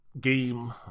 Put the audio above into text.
Game